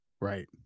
Right